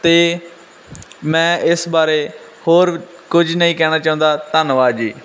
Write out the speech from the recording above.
ਅਤੇ ਮੈਂ ਇਸ ਬਾਰੇ ਹੋਰ ਕੁਝ ਨਹੀਂ ਕਹਿਣਾ ਚਾਹੁੰਦਾ ਧੰਨਵਾਦ ਜੀ